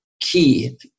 key